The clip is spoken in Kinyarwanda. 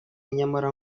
nyamara